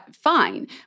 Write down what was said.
fine